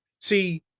see